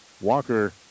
Walker